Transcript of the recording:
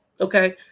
okay